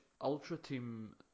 ultra-team